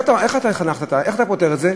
איך אתה פותר את זה?